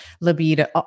libido